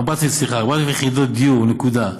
סליחה, 4,000 יחידות דיור, נקודה.